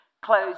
close